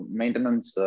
maintenance